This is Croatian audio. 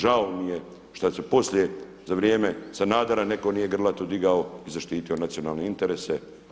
Žao mi je što se poslije za vrijeme Sanadera netko nije grlato digao i zaštitio nacionalne interese.